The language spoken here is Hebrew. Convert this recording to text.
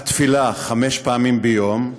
התפילה, חמש פעמים ביום,